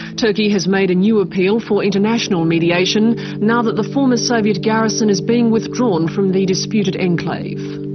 turkey has made a new appeal for international mediation now that the former soviet garrison is being withdrawn from the disputed enclave.